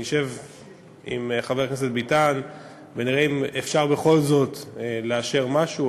נשב עם חבר הכנסת ביטן ונראה אם בכל זאת אפשר לאשר משהו,